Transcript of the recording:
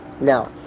Now